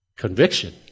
conviction